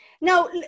Now